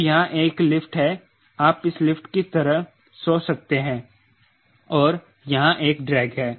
तो यहां एक लिफ्ट है आप इस लिफ्ट की तरह सोच सकते हैं और यहां एक ड्रेग है